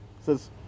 says